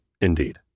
Indeed